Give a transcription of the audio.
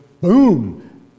Boom